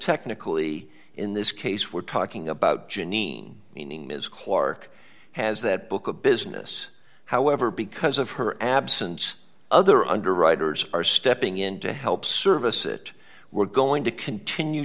technically in this case we're talking about jeanine meaning ms clarke has that book a business however because of her absence other underwriters are stepping in to help service it we're going to continue